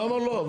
למה לא?